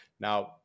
Now